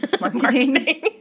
Marketing